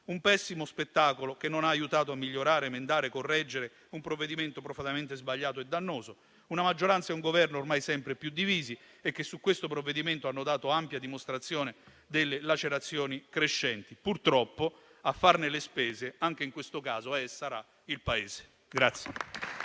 un pessimo spettacolo, che non ha aiutato a migliorare, emendare e correggere un provvedimento profondamente sbagliato e dannoso, da parte di una maggioranza e un Governo ormai sempre più divisi e che, su questo provvedimento, hanno dato ampia dimostrazione delle lacerazioni crescenti. Purtroppo, a farne le spese, anche in questo caso, è e sarà il Paese.